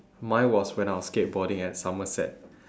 mine was when I was skateboarding at somerset